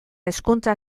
hezkuntza